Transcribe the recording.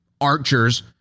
Archer's